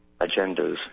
agendas